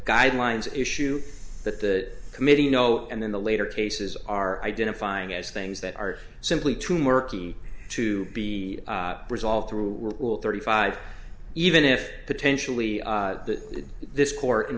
guidelines issue that the committee you know and then the later cases are identifying as things that are simply too murky to be resolved through thirty five even if potentially that this court